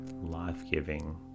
life-giving